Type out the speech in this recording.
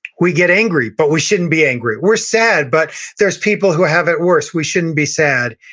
we get angry, but we shouldn't be angry. we're sad, but there's people who have it worse. we shouldn't be sad.